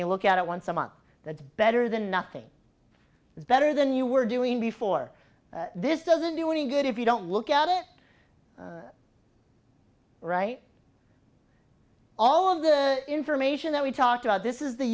you look at it once a month that's better than nothing is better than you were doing before this doesn't do any good if you don't look at it right all of the information that we talked about this is the